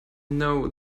know